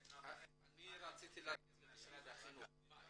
אני רציתי לתת למשרד החינוך.